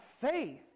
faith